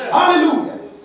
Hallelujah